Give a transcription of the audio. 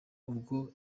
ubwo